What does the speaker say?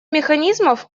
механизмов